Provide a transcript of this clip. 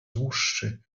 dłuższy